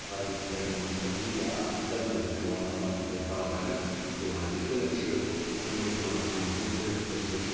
foreign سِٹیٹَن منٛز کٕننہِ یا سِرینگر چھِ والان پتہٕ چھِ تَتہِ باپارٮ۪ن دِوان یِتھ کنیٚتھ چھٕ سٲنِس گامَس منٛز مُختٔلف قٕسمٕکۍ